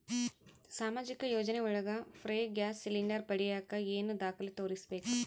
ಸಾಮಾಜಿಕ ಯೋಜನೆ ಒಳಗ ಫ್ರೇ ಗ್ಯಾಸ್ ಸಿಲಿಂಡರ್ ಪಡಿಯಾಕ ಏನು ದಾಖಲೆ ತೋರಿಸ್ಬೇಕು?